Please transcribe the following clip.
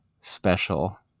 special